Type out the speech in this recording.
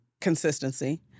Consistency